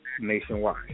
nationwide